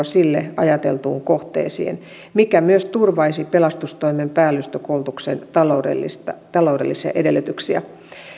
sille ajateltuun kohteeseen mikä myös turvaisi pelastustoimen päällystökoulutuksen taloudellisia edellytyksiä